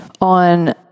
on